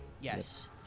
yes